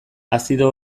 azido